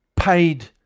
Paid